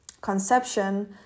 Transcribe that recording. conception